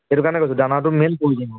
সেইটো কাৰণে কৈছোঁ দানাটো মেইন প্ৰয়োজন আমাৰ